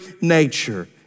nature